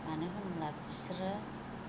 मानो होनोब्ला बिसोरो